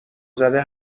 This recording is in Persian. زده